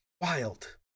wild